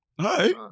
Hi